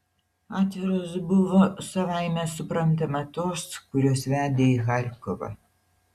atviros buvo savaime suprantama tos kurios vedė į charkovą